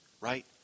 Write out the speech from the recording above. right